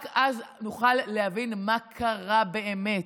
רק אז נוכל להבין מה קרה באמת.